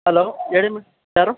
hello ಹೇಳಿ madam ಯಾರು